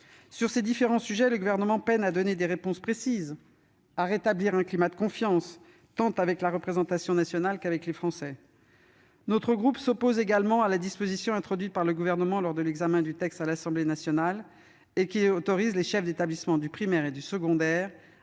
Sur ces différents sujets, le Gouvernement peine à fournir des éléments précis et à rétablir un climat de confiance, tant avec la représentation nationale qu'avec les Français. Notre groupe s'oppose également à la disposition introduite par le Gouvernement lors de l'examen du texte à l'Assemblée nationale, qui autorise les chefs d'établissement du primaire et du secondaire à